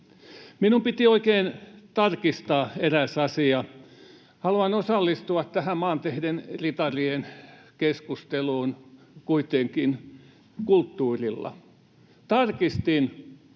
Minun piti oikein tarkistaa eräs asia. Haluan osallistua tähän maanteiden ritarien keskusteluun kuitenkin kulttuurilla. Tarkistin: